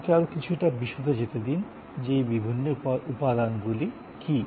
আমাকে আরও কিছুটা বিশদে যেতে দিন যে এই বিভিন্ন উপাদানগুলি কী